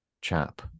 Chap